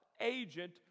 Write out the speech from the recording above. agent